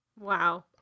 Wow